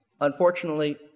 Unfortunately